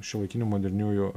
šiuolaikinių moderniųjų